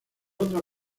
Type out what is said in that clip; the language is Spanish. otra